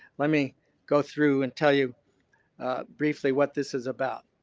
let me go through and tell you briefly what this is about.